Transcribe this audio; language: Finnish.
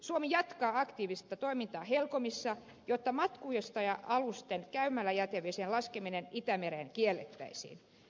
suomi jatkaa aktiivista toimintaa helcomissa jotta matkustaja alusten käymäläjätevesien laskeminen itämereen kiellettäisiin